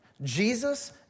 Jesus